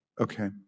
okay